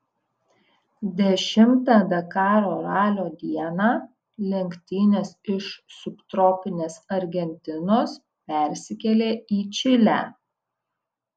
dešimtą dakaro ralio dieną lenktynės iš subtropinės argentinos persikėlė į čilę